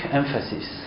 emphasis